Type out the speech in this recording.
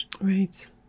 Right